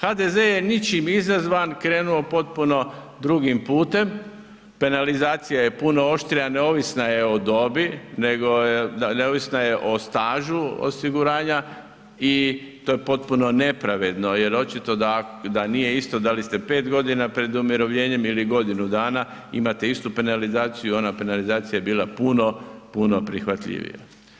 HDZ je ničim izazvan krenuo potpuno drugim putem, penalizacija je puno oštrija neovisna je o dobi, nego neovisna je o stažu osiguranja i to je potpuno nepravedno jer očito da nije isto da li ste 5 godina pred umirovljenjem ili godinu dana, imate istu penalizaciju i ona penalizacija je bila puno, puno prihvatljivija.